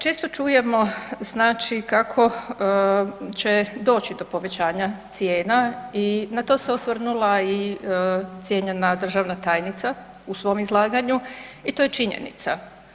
Često čujemo znači kako će doći do povećanja cijena i na to se osvrnula i cijenjena državna tajnica u svom izlaganju i to je činjenica.